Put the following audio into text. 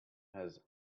has